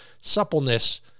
suppleness